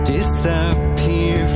Disappear